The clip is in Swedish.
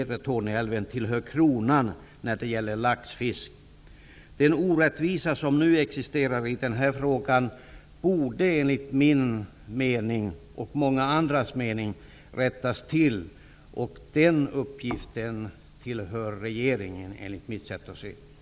Den orättvisa som nu existerar i den här frågan borde enligt min och många andras mening rättas till, och den uppgiften ankommer på regeringen, enligt mitt sätt att se.